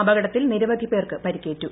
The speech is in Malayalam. അപകടത്തിൽ നിരവധി പേർക്ക് പരിക്കേറ്റു